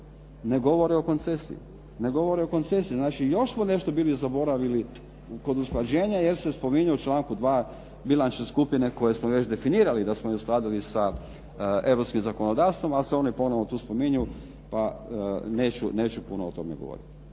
ne govore o koncesiji. Znači, još smo nešto bili zaboravili kod usklađenja jer se spominje u članku 2. bilančne skupine koje smo već definirali da smo ih uskladili sa europskim zakonodavstvom ali se oni ponovo tu spominju pa neću puno o tome govoriti.